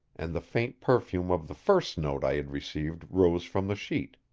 and the faint perfume of the first note i had received rose from the sheet.